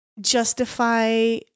justify